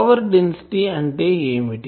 power density అంటే ఏమిటి